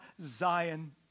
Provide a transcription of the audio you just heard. Zion